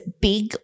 big